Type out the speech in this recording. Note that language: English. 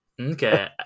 Okay